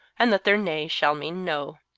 and that their nay shall mean no.